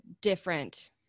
different